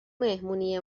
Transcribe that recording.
مهمونی